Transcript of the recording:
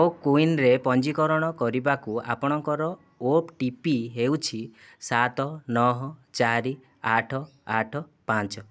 କୋ ୱିନ୍ରେ ପଞ୍ଜୀକରଣ କରିବାକୁ ଆପଣଙ୍କର ଓ ଟି ପି ହେଉଛି ସାତ ନଅ ଚାରି ଆଠ ଆଠ ପାଞ୍ଚ